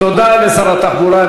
תודה לשר התחבורה.